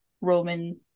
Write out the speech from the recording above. Roman